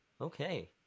Okay